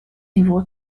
niveau